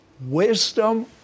wisdom